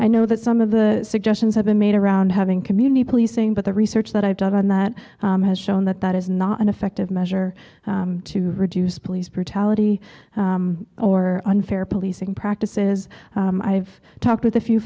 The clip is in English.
i know that some of the suggestions have been made around having community policing but the research that i've done on that has shown that that is not an effective measure to reduce police brutality or unfair policing practices i've talked with a few